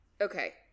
Okay